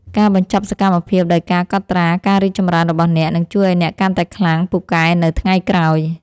ការបញ្ចប់សកម្មភាពដោយការកត់ត្រាការរីកចម្រើនរបស់អ្នក នឹងជួយឱ្យអ្នកកាន់តែខ្លាំងពូកែនៅថ្ងៃក្រោយ។